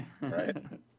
Right